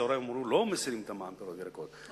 אחרי-הצהריים אמרו: לא מסירים את המע"מ על פירות וירקות.